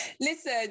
listen